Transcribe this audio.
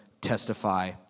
testify